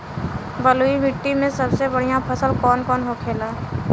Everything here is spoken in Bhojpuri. बलुई मिट्टी में सबसे बढ़ियां फसल कौन कौन होखेला?